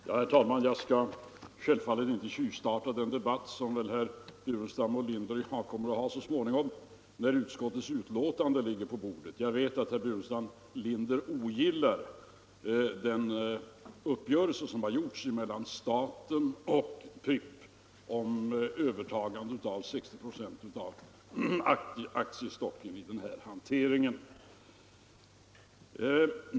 Herr talman! Jag skall självfallet inte tjuvstarta den debatt som väl herr Burenstam Linder och jag kommer att ha så småningom när utskottets betänkande ligger på bordet. Jag vet att herr Burenstam Linder ogillar den uppgörelse som har träffats mellan staten och Pripp om övertagande av 60 96 av aktiestocken i den här hanteringen.